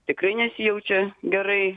tikrai nesijaučia gerai